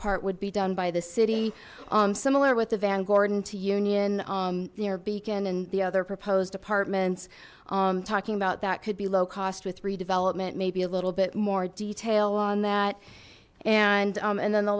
part would be done by the city similar with the van gordon to union near beacon and the other proposed apartments talking about that could be low cost with redevelopment maybe a little bit more detail on that and and then the